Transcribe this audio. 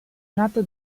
nato